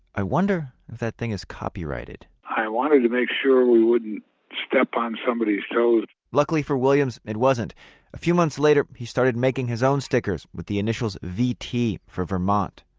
i wonder if that thing is copyrighted. i wanted to make sure we wouldn't step on somebody's toes. luckily for williams, it wasn't a few months later he started making his own stickers with the initials vt for vermont.